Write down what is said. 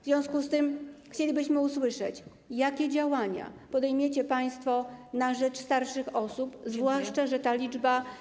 W związku z tym chcielibyśmy usłyszeć, jakie działania podejmiecie państwo na rzecz starszych osób, zwłaszcza że ta liczba.